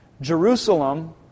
Jerusalem